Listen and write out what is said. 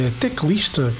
teclista